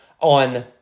on